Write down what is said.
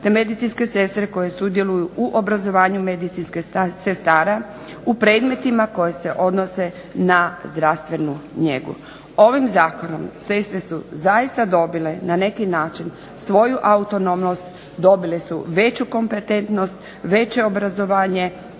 te medicinske sestre koje sudjeluju u obrazovanju medicinskih sestara u predmetima koje se odnose na zdravstvenu njegu. Ovim Zakonom sestre su zaista dobile na neki način svoju autonomnost dobile su veću kompetentnost, veće obrazovanje